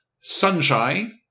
Sunshine